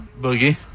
Boogie